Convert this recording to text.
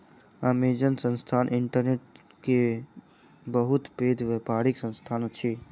Amazon संस्थान internet के बहुत पैघ व्यापारिक संस्थान अछि